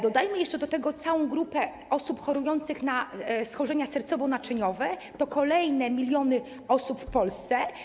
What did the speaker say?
Dodajmy jeszcze do tego całą grupę osób chorujących na schorzenia sercowo-naczyniowe, to kolejne miliony osób w Polsce.